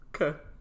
okay